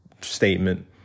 statement